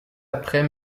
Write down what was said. après